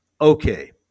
okay